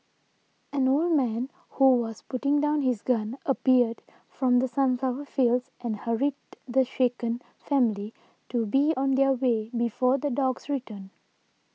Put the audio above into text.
an old man who was putting down his gun appeared from the sunflower fields and hurried the shaken family to be on their way before the dogs return